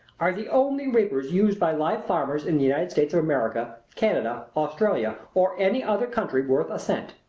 are the only reapers used by live farmers in the united states of america, canada, australia, or any other country worth a cent!